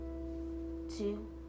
two